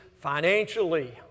financially